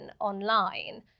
online